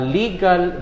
legal